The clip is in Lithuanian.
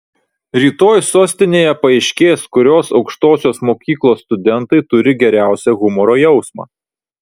rytoj sostinėje paaiškės kurios aukštosios mokyklos studentai turi geriausią humoro jausmą